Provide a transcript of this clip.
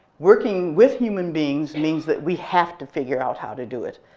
working with human beings means that we have to figure out how to do it.